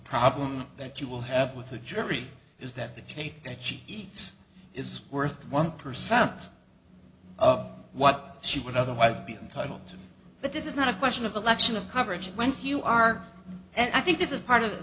problem that you will have with the jury is that the cake that she eats is worth one percent of what she would otherwise be entitled to but this is not a question of election of coverage when you are and i think this is part of